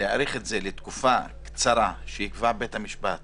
להאריך את זה לתקופה קצרה שיקבע בית המשפט